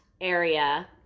area